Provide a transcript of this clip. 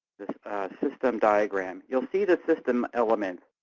the system diagram, you will see the system elements,